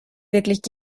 wirklich